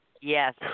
yes